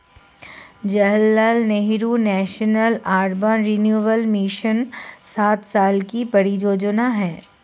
Jawaharlal Nehru national urban renewal mission सात साल की परियोजना है